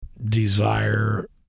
desire